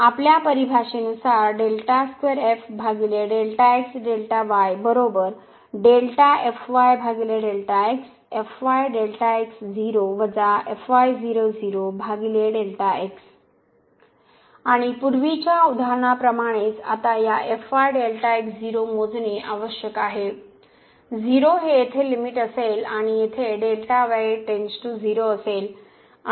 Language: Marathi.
आपल्या परिभाषा नुसार आणि पूर्वीच्या उदाहरणाप्रमाणेच आता या मोजणे आवश्यक आहे 0 ही येथे लिमिट असेल आणि येथे Δy → 0 असेल